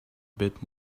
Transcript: bit